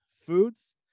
foods